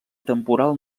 temporal